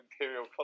Imperial